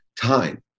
time